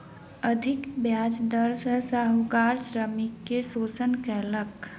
अधिक ब्याज दर सॅ साहूकार श्रमिक के शोषण कयलक